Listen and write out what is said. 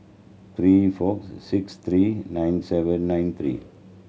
three four six three nine seven nine three